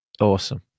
Awesome